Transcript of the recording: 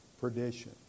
perdition